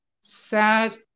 sad